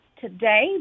today